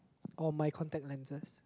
or my contact lenses